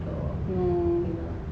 no